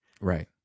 Right